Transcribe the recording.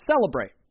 celebrate